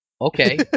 okay